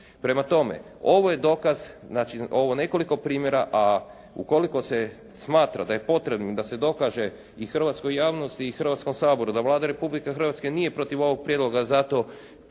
Prema tome, ovo je dokaz, znači ovo nekoliko primjera a ukoliko se smatra da je potrebno da se dokaže i hrvatskoj javnosti i Hrvatskom saboru da Vlada Republike Hrvatske nije protiv ovog prijedloga zato